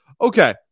Okay